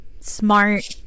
smart